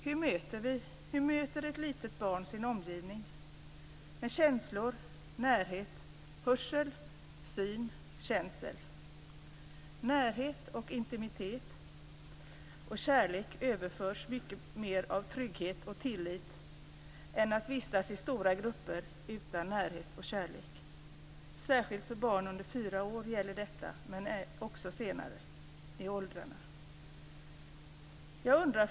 Hur möter ett litet barn sin omgivning med känslor, närhet, hörsel, syn, känsel? Närhet, intimitet och kärlek överförs mycket mer av trygghet och tillit än av att vistas i stora grupper utan närhet och kärlek. Detta gäller särskilt för barn under fyra år men också senare i åldrarna. Fru talman!